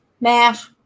Mash